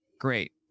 great